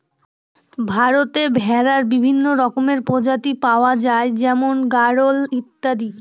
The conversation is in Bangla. ভারতে ভেড়ার বিভিন্ন রকমের প্রজাতি পাওয়া যায় যেমন গাড়োল ইত্যাদি